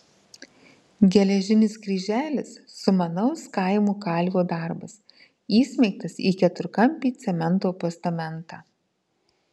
geležinis kryželis sumanaus kaimo kalvio darbas įsmeigtas į keturkampį cemento postamentą